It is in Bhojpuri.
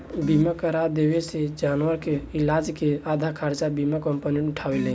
बीमा करा देवे से जानवर के इलाज के आधा खर्चा बीमा कंपनी उठावेला